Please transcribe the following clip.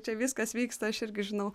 čia viskas vyksta aš irgi žinau